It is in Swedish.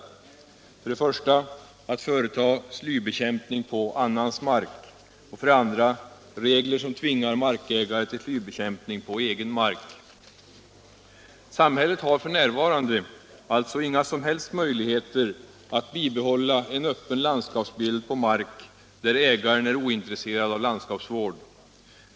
För det första hindrar lagstiftningen människor från att företa slybekämpning på annans mark. För det andra finns inga regler som tvingar markägare till slybekämpning på egen mark. ' Samhället har f.n. alltså inga som helst möjligheter att bibehålla en öppen landskapsbild på mark, där ägaren är ointresserad av landskapsvård.